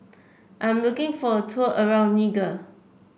I'm looking for a tour around Niger